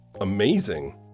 amazing